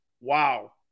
Wow